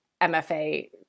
MFA